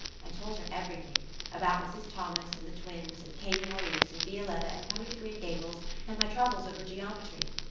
i told her everything about mrs. thomas and the twins and katie maurice and violetta and coming to green gables and my troubles over geometry.